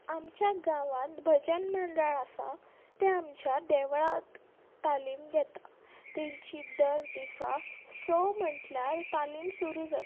आमच्या गांवांत भजन मंडळ आसा तें आमच्या देवळांत तालीम घेता तेंची दर दिसा स म्हटल्यार तालीम सुरू जाता